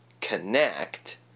connect